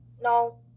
no